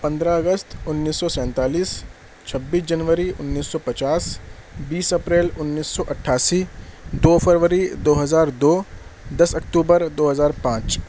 پندرہ اگست انیس سو سینتالیس چھبیس جنوری انیس سو پچاس بیس اپریل انیس سو اٹھاسی دو فروری دو ہزار دو دس اکتوبر دو ہزار پانچ